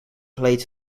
played